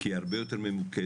כי היא הרבה יותר ממוקדת,